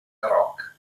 rock